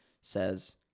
says